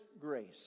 grace